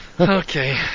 Okay